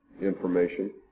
information